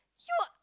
you